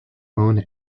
own